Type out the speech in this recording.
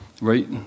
right